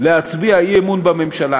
להצביע אי-אמון בממשלה,